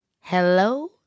Hello